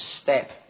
step